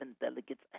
delegates